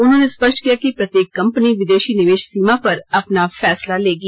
उन्होंने स्पष्ट किया कि प्रत्येक कंपनी विदेशी निवेश सीमा पर अपना फैसला लेगी